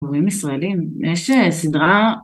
קוראים ישראלים יש סדרה